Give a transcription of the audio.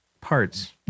parts